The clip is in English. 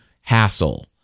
hassle